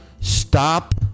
Stop